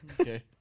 okay